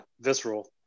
Visceral